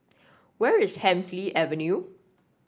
where is Hemsley Avenue